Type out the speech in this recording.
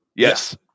Yes